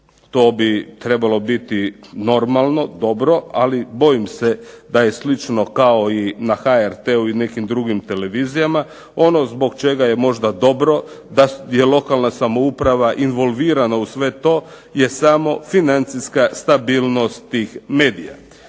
to bi trebalo biti normalno, dobro, ali bojim se da je slično kao i na HRT-u i nekim drugim televizijama. Ono zbog čega je možda dobro da je lokalna samouprava involvirana u sve to, je samo financijska stabilnost tih medija.